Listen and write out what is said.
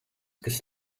kas